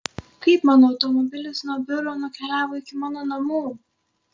kaip mano automobilis nuo biuro nukeliavo iki mano namų